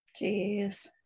Jeez